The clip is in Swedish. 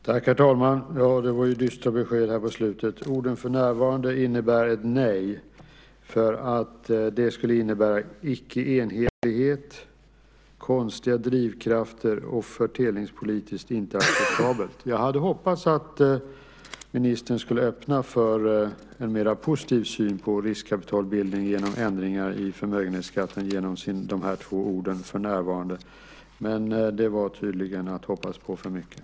Herr talman! Det var dystra besked på slutet. Orden "för närvarande" innebär ett nej. Det skulle innebära icke enhetlighet, konstiga drivkrafter och fördelningspolitiskt inte vara acceptabelt. Jag hade hoppats att ministern skulle öppna för en mer positiv syn på riskkapitalbildning genom ändringar i förmögenhetsskatten med hjälp av de två orden "för närvarande". Men det var tydligen att hoppas på för mycket.